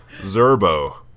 Zerbo